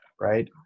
Right